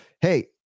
hey